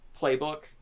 playbook